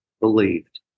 believed